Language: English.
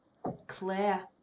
Claire